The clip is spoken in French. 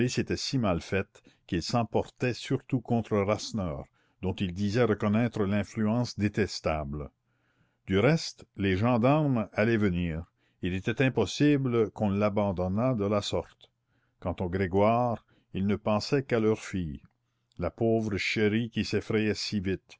était si mal faite qu'il s'emportait surtout contre rasseneur dont il disait reconnaître l'influence détestable du reste les gendarmes allaient venir il était impossible qu'on l'abandonnât de la sorte quant aux grégoire ils ne pensaient qu'à leur fille la pauvre chérie qui s'effrayait si vite